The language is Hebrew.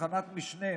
תחנת משנה,